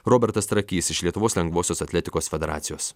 robertas trakys iš lietuvos lengvosios atletikos federacijos